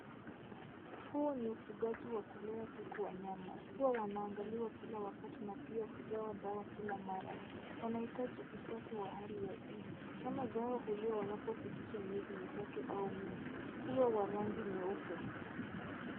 Huu ni ufugaji wa kulea kuku wa nyama. Huwa wanaangaliwa kila wakati na pia kupewa dawa kila mara. Wanahitaji usafi wa hali ya juu. Nyama zao huliwa wanapofikisha miezi mitatu au minne. Huwa wa rangi nyeupe.